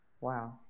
Wow